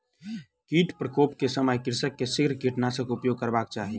कीट प्रकोप के समय कृषक के शीघ्र कीटनाशकक उपयोग करबाक चाही